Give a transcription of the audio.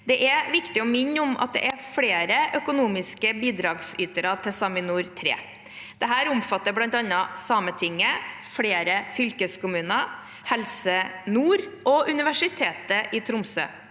Det er viktig å minne om at det er flere økonomiske bidragsytere til SAMINOR 3. Dette omfatter bl.a. Sametinget, flere fylkeskommuner, Helse Nord og Universitetet i Tromsø.